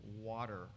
water